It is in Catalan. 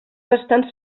bastants